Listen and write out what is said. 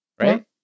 Right